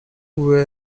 pouvait